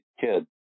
kids